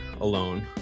alone